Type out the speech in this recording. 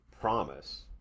promise